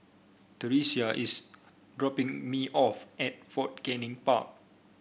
Theresia is dropping me off at Fort Canning Park